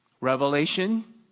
revelation